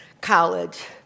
college